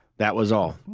that was all,